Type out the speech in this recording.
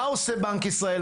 מה עושה בנק ישראל,